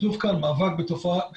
כתוב כאן מאבק בתופעה,